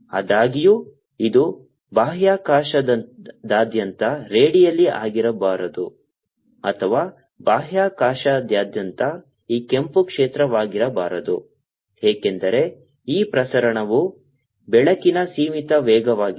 ಆದಾಗ್ಯೂ ಇದು ಬಾಹ್ಯಾಕಾಶದಾದ್ಯಂತ ರೇಡಿಯಲ್ ಆಗಿರಬಾರದು ಅಥವಾ ಬಾಹ್ಯಾಕಾಶದಾದ್ಯಂತ ಈ ಕೆಂಪು ಕ್ಷೇತ್ರವಾಗಿರಬಾರದು ಏಕೆಂದರೆ ಈ ಪ್ರಸರಣವು ಬೆಳಕಿನ ಸೀಮಿತ ವೇಗವಾಗಿದೆ